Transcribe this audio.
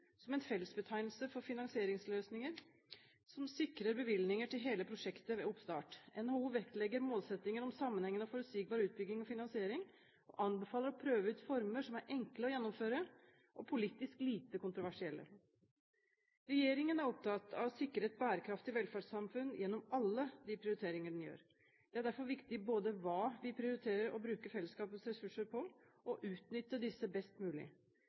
som en fellesbetegnelse for finansieringsløsninger som sikrer bevilgninger til hele prosjektet ved oppstart. NHO vektlegger målsettingen om sammenhengende og forutsigbar utbygging og finansiering, og anbefaler å prøve ut former som er enkle å gjennomføre og politisk lite kontroversielle. Regjeringen er opptatt av å sikre et bærekraftig velferdssamfunn gjennom alle de prioriteringer den gjør. Det er derfor viktig både hva vi prioriterer å bruke fellesskapets ressurser på, og å utnytte disse best mulig.